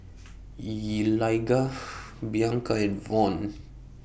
Eligah Bianca and Von